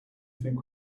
think